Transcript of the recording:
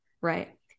right